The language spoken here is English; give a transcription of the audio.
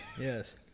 Yes